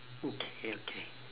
okay okay